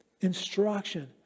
instruction